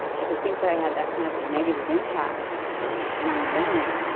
but to think that i had that kind of a negative impact on young women